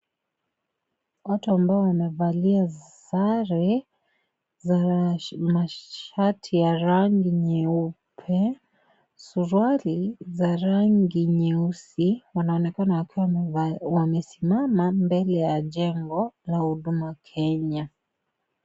Watu ambao wamevalia sare za mashati ya rangi nyeupe, suruali za rangi nyeusi wanaonekana wakiwa wamesimama mbele ya jengo la huduma kenya.